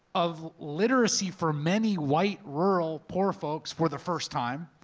of literacy for many white rural poor folks for the first time,